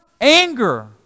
anger